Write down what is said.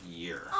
year